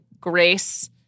grace